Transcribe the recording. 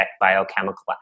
biochemical